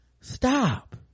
stop